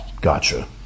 Gotcha